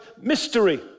mystery